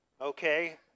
okay